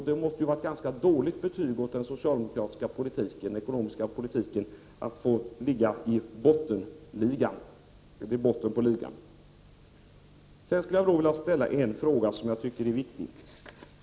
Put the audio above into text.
Det måste ju vara ett ganska dåligt betyg åt den socialdemokratiska ekonomiska politiken att Sverige ligger i botten på ligan. Sedan skulle jag vilja ställa en fråga som jag tycker är viktig.